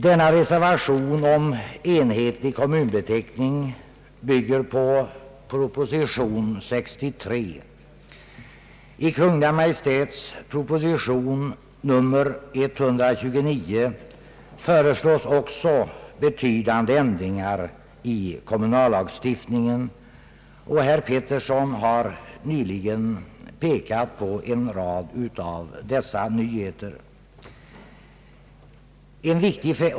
Denna reservation om enhetlig kommunbeteckning bygger på propositionen 63. I Kungl. Maj:ts propostion nr 129 föreslås också betydande ändringar i kommunallagstiftningen. Herr Pettersson har för en stund sedan pekat på en rad av dessa nyheter.